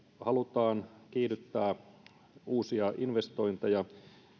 halutaan kiihdyttää uusia investointeja